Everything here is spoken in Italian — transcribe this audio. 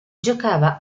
giocava